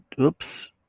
Oops